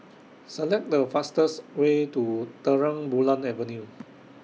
Select The fastest Way to Terang Bulan Avenue